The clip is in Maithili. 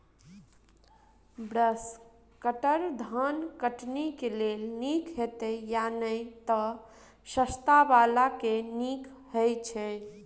ब्रश कटर धान कटनी केँ लेल नीक हएत या नै तऽ सस्ता वला केँ नीक हय छै?